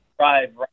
right